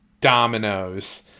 dominoes